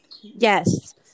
Yes